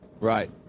Right